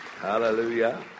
Hallelujah